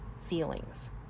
feelings